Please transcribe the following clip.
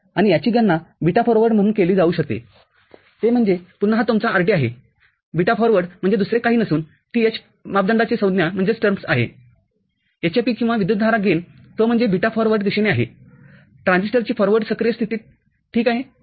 आणि याची गणना बीटा फॉरवर्ड म्हणून केली जाऊ शकते ते म्हणजे पुन्हा हा तुमचा rdआहेबीटा फॉरवर्ड म्हणजे दुसरे काही नसून ती h मापदंडाचीसंज्ञा hfe आहे hfe किंवा विद्युतधारा गेन तो म्हणजे बीटा फॉरवर्ड दिशेने आहे ट्रान्झिस्टरची फॉरवर्ड सक्रिय स्थितीठीक आहे